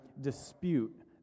dispute